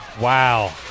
Wow